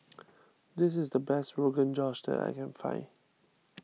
this is the best Rogan Josh that I can find